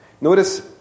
Notice